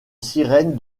sirène